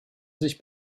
sich